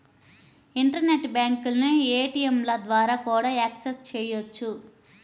internet బ్యాంకులను ఏటీయంల ద్వారా కూడా యాక్సెస్ చెయ్యొచ్చు